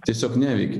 tiesiog neveikia